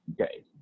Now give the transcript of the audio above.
Okay